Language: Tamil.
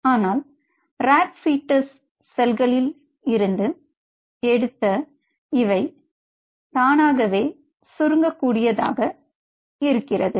ஆனால் ராட் பீட்டஸ் செல்களில் இருந்து எடுத்த இவை தன்னால் சுருங்கக்கூடியதாக இருக்கிறது